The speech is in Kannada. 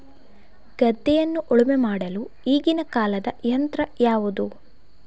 ಗದ್ದೆಯನ್ನು ಉಳುಮೆ ಮಾಡಲು ಈಗಿನ ಕಾಲದ ಯಂತ್ರ ಯಾವುದು?